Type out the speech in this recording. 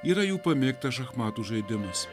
yra jų pamėgtas šachmatų žaidimas